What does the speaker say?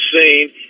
seen